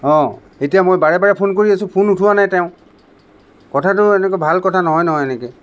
অঁ এতিয়া মই বাৰে বাৰে ফোন কৰি আছো ফোন উঠোৱা নাই তেওঁ কথাটো এনেকৈ ভাল কথা নহয় নহয় এনেকৈ